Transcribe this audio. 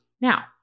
Now